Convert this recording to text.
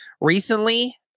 recently